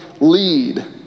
lead